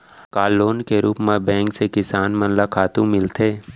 का लोन के रूप मा बैंक से किसान मन ला खातू मिलथे?